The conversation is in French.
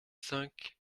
cinq